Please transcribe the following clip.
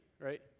right